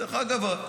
דרך אגב,